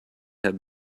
have